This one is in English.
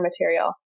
material